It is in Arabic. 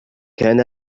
كان